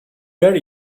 get